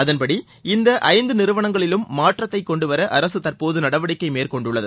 அதன்படி இந்த ஐந்து நிறுவனங்களிலும் மாற்றத்தை கொண்டு வர அரசு தற்போது நடவடிக்கை மேற்கொண்டுள்ளது